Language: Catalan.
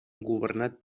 governat